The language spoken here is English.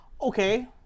Okay